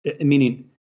meaning